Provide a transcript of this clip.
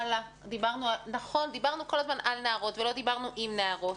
דיברנו כל הזמן על נערות אבל לא דיברנו עם נערות,